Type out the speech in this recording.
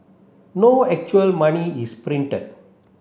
no actual money is printed